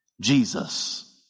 Jesus